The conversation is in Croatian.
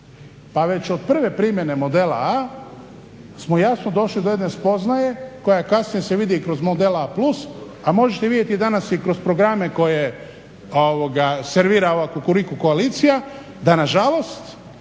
Pa već od prve primjene modela A smo jasno došli do jedne spoznaje koja kasnije se vidi i kroz model A+, a možete vidjeti danas i kroz programe koje servira ova Kukuriku koalicija, da nažalost